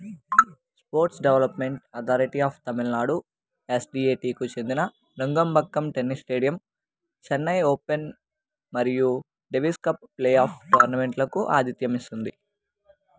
sports development authority of Tamil Nadu ఎస్బిఏటికు చెందిన Nungambakkam tennis stadium Chennai open మరియు డేవిస్ కప్ ప్లేఆఫ్ టోర్నమెంట్లకు ఆతిథ్యం ఇస్తుంది